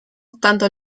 tanto